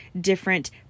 different